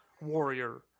warrior